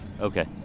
Okay